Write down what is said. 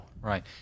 right